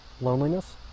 loneliness